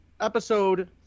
episode